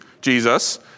Jesus